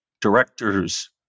directors